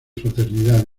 fraternidad